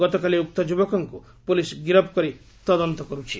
ଗତକାଲି ଉକ୍ତ ଯୁବକଙ୍କୁ ପୁଲିସ ଗିରଫ କରି ତଦନ୍ତ କରୁଛି